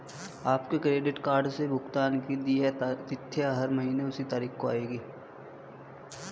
आपके credit card से भुगतान की देय तिथि हर महीने उसी तारीख को आएगी